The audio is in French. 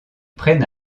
prennent